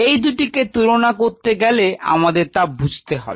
এই দুটিকে তুলনা করতে গেলে আমাকে তা বুঝতে হবে